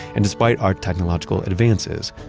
and despite our technological advances,